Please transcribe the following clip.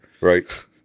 right